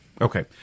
Okay